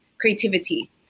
creativity